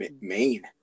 Maine